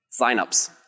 Signups